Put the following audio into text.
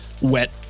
wet